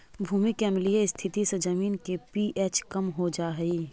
भूमि के अम्लीय स्थिति से जमीन के पी.एच कम हो जा हई